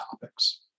topics